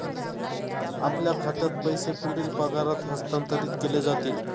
आपल्या खात्यात पैसे पुढील पगारात हस्तांतरित केले जातील